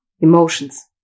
emotions